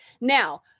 now